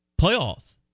playoff